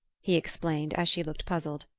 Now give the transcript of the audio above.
he explained, as she looked puzzled.